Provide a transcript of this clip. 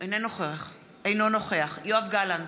אינו נוכח יואב גלנט,